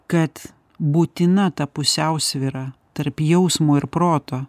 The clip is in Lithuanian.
kad būtina ta pusiausvyra tarp jausmo ir proto